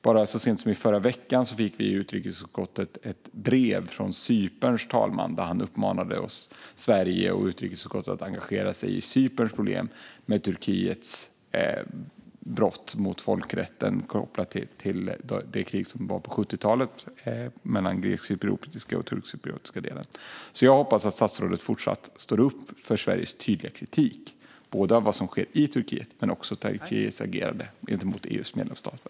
Bara så sent som i förra veckan fick vi i utrikesutskottet ett brev från Cyperns talman där han uppmanade Sverige och utrikesutskottet att engagera sig i Cyperns problem med Turkiets brott mot folkrätten kopplat till det krig som var på 70-talet mellan den grekcypriotiska och den turkcypriotiska delen. Jag hoppas att statsrådet fortsatt står upp för Sveriges tydliga kritik av både vad som sker i Turkiet och Turkiets agerande gentemot EU:s medlemsstater.